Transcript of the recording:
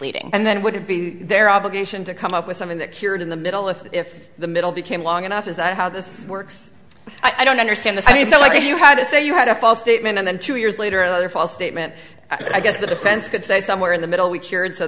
leading and then would have been their obligation to come up with something that cured in the middle of if the middle became long enough is that how this works i don't understand this i mean so like you had to say you had a false statement and then two years later another false statement i guess the defense could say somewhere in the middle